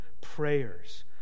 prayers